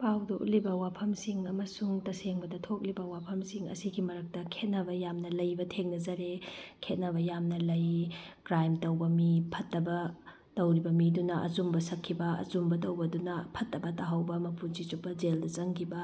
ꯄꯥꯎꯗ ꯎꯠꯂꯤꯕ ꯋꯥꯐꯝꯁꯤꯡ ꯑꯃꯁꯨꯡ ꯇꯁꯦꯡꯕꯗ ꯊꯣꯛꯂꯤꯕ ꯋꯥꯐꯝꯁꯤꯡ ꯑꯁꯤꯒꯤ ꯃꯔꯛꯇ ꯈꯦꯠꯅꯕ ꯌꯥꯝꯅ ꯂꯩꯕ ꯊꯦꯡꯅꯖꯔꯦ ꯈꯦꯠꯅꯕ ꯌꯥꯝꯅ ꯂꯩ ꯀ꯭ꯔꯥꯏꯝ ꯇꯧꯕ ꯃꯤ ꯐꯠꯇꯕ ꯇꯧꯔꯤꯕ ꯃꯤꯗꯨꯅ ꯑꯆꯨꯝꯕ ꯁꯛꯈꯤꯕ ꯑꯆꯨꯝꯕ ꯇꯧꯕꯗꯨꯅ ꯐꯠꯇꯕ ꯇꯥꯍꯧꯕ ꯃꯄꯨꯟꯁꯤꯆꯨꯞꯄ ꯖꯦꯜꯗ ꯆꯪꯈꯤꯕ